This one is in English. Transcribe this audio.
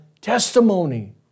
testimony